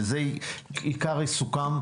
וזה עיקר עיסוקם,